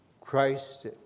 Christ